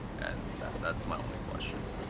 and that's my only question.